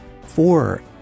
four